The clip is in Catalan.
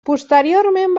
posteriorment